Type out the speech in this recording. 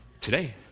Today